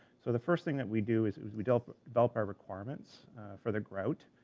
so the first thing that we do is is we develop develop our requirements for the grout,